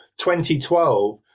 2012